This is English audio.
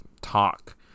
talk